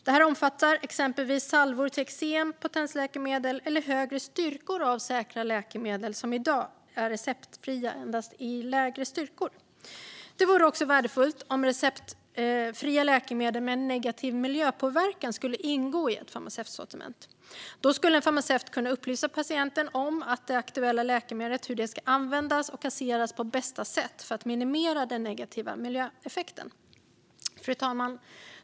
Det här omfattar exempelvis salvor till eksem, potensläkemedel eller högre styrkor av säkra läkemedel som i dag är receptfria endast i lägre styrkor. Det vore också värdefullt om receptfria läkemedel med en negativ miljöpåverkan skulle ingå i ett farmaceutsortiment. Då skulle en farmaceut kunna upplysa patienten om hur det aktuella läkemedlet ska användas och kasseras på bästa sätt för att minimera den negativa miljöeffekten. Fru talman!